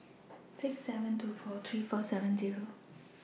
six seven two four three four seven Zero